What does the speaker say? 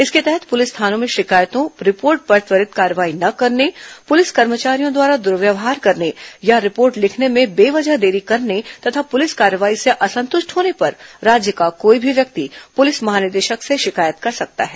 इसके तहत पुलिस थानों में शिकायतों रिपोर्ट पर त्वरित कार्येवाही न करने पुलिस कर्मचारियों द्वारा दर्वयवहार करने या रिपोर्टे लिखने में बे वजह देरी करने तथा प्रलिस कार्यवाही से असंतुष्ट होने पर राज्य का कोई भी व्यक्ति पुलिस महानिदेशक से शिकायत कर सकता है